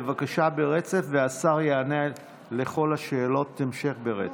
בבקשה, ברצף, והשר יענה על כל שאלות ההמשך ברצף.